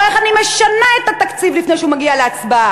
או איך אני משנה את התקציב לפני שהוא מגיע להצבעה?